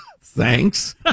Thanks